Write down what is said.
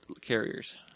carriers